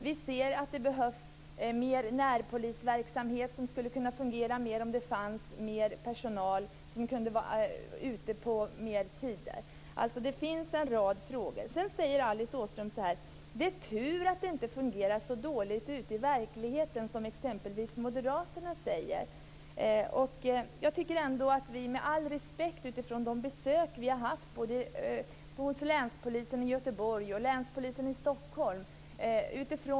Vi ser att det behövs mer närpolisverksamhet som skulle kunna fungera om det fanns mer personal som kunde vara ute på fler tider. Det finns alltså en rad frågor. Sedan säger Alice Åström: Det är tur att det inte fungerar så dåligt ute i verkligheten som exempelvis moderaterna säger. Jag tycker ändå att vi med all respekt har gjort besök hos länspolisen i Göteborg och Stockholm.